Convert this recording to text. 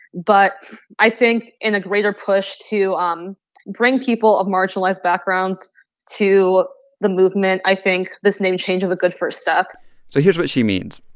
but i think in a greater push to um bring people of marginalized backgrounds to the movement, i think this name change is a good first step so here's what she means.